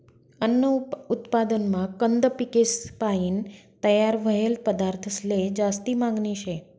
अन्न उत्पादनमा कंद पिकेसपायीन तयार व्हयेल पदार्थंसले जास्ती मागनी शे